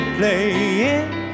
playing